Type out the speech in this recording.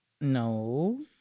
No